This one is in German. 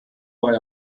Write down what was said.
war